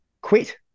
quit